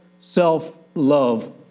self-love